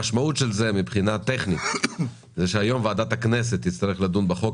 המשמעות של זה מבחינה טכנית היא שהיום ועדת הכנסת תצטרך לדון בהצעת החוק